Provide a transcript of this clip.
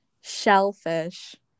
shellfish